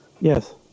Yes